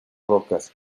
rocas